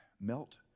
melt